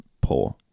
poor